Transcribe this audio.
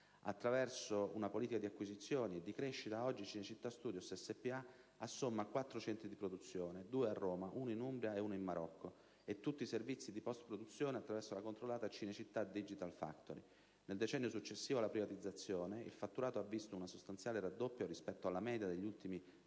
Attraverso una politica di acquisizioni e di crescita, oggi Cinecittà Studios SpA assomma 4 centri di produzione (2 a Roma, 1 in Umbria e 1 in Marocco) e tutti i servizi di postproduzione attraverso la controllata Cinecittà Digital Factory. Nel decennio successivo alla privatizzazione, il fatturato ha visto un sostanziale raddoppio rispetto alla media degli ultimi anni